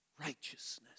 righteousness